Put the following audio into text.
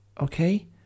okay